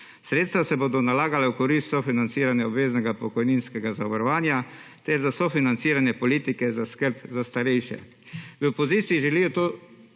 Sredstva se bodo nalagala v korist sofinanciranja obveznega pokojninskega zavarovanja ter za sofinanciranja politike za skrb za starejše. V opoziciji želijo to